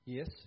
Yes